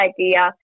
idea